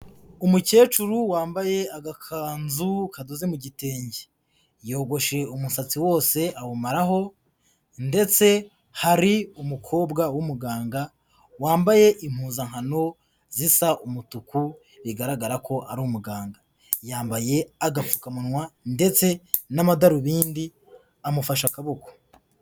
Umukecuru wambaye agakanzu kadoze mu gitenge, yogoshe umusatsi wose awumaraho, ndetse hari umukobwa w'umuganga wambaye impuzankano zisa umutuku, bigaragara ko ari umuganga. Yambaye agapfukanwa ndetse n'amadarubindi amufashe akaboko.